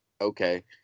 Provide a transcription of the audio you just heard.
okay